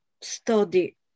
study